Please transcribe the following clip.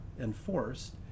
enforced